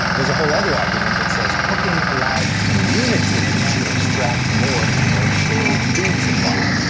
there's a whole other argument that says cooking allowed communities to extract more from their shared food supply,